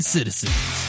Citizens